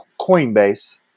Coinbase